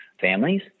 families